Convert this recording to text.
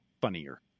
funnier